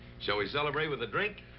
shall we celebrate with a drink?